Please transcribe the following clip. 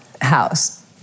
house